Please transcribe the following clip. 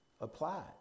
apply